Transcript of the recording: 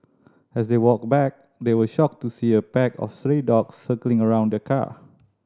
as they walked back they were shocked to see a pack of stray dogs circling around the car